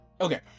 Okay